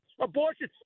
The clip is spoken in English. abortion